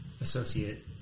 associate